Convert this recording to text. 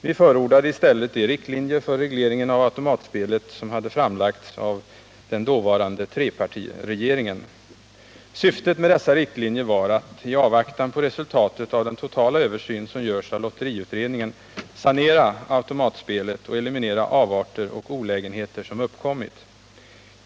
Vi förordade i stället de riktlinjer för regleringen av automatspelet som hade framlagts av den dåvarande trepartiregeringen. Syftet med dessa riktlinjer var att, i avvaktan på resultatet av den totala översyn som görs av lotteriutredningen, sanera automatspelet och eliminera avarter och olägenheter som uppkommit.